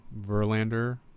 Verlander